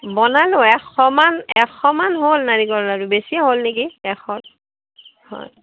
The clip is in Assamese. বনালোঁ এশমান এশমান হ'ল নাৰিকলৰ লাৰু বেছি হ'ল নেকি এশৰ হয়